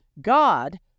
God